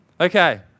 Okay